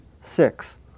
Six